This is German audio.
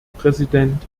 präsident